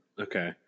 Okay